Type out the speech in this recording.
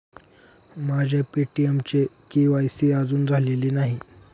माझ्या पे.टी.एमचे के.वाय.सी अजून झालेले नाही